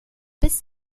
bis